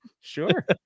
Sure